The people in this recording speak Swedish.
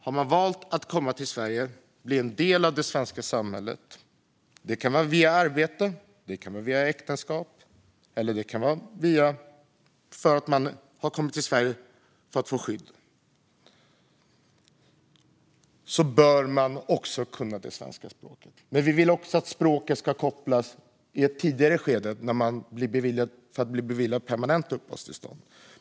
Har man valt att komma till Sverige och bli en del av det svenska samhället - det kan vara via arbete, via äktenskap eller för att man har kommit till Sverige för att få skydd - bör man kunna det svenska språket. Vi vill också att kravet på språkkunskaper ska finnas i ett tidigare skede för att bli beviljad permanent uppehållstillstånd.